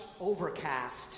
overcast